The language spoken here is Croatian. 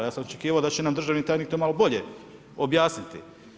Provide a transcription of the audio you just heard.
Ja sam očekivao da će nam državni tajnik to malo bolje objasniti.